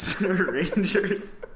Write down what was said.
Rangers